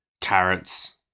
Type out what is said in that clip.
carrots